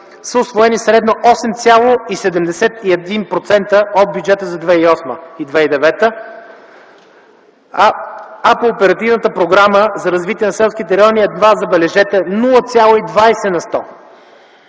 са усвоени средно 8,71% от бюджета за 2008 г. и 2009 г., а по Оперативната програма за развитие на селските райони – едва, забележете, 0,20%.